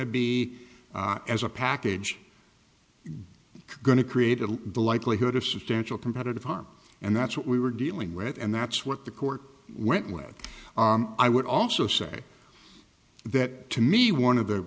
to be as a package going to create a the likelihood of substantial competitive harm and that's what we were dealing with and that's what the court went with i would also say that to me one of the